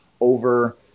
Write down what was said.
over